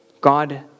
God